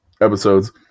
episodes